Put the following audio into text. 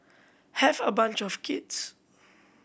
have a bunch of kids